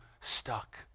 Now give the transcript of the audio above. stuck